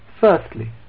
firstly